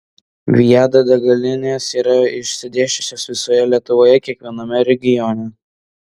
viada degalinės yra išsidėsčiusios visoje lietuvoje kiekviename regione